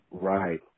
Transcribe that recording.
Right